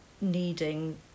needing